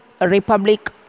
republic